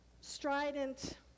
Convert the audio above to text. strident